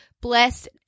blessed